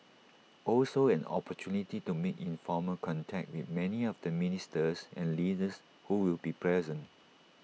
also an opportunity to make informal contact with many of the ministers and leaders who will be present